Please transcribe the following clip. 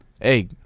Hey